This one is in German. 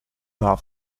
naher